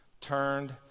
turned